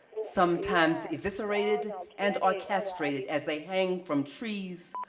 sometimes eviscerated and are castrated as they hang from trees,